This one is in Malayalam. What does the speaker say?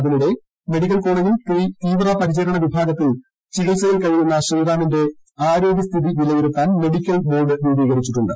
അതിനിടെ മെഡിക്കൽകോളേജിൽ തീവ്രപരിചരണ വിഭാഗത്തിൽ ചികിത്സയിൽ കഴിയുന്ന ശ്രീ റാമിന്റെ ആരോഗ്യസ്ഥിതി വിലയിരുത്താൻ മെഡിക്കൽബോർഡ് രൂപീകരിച്ചിട്ടുണ്ട്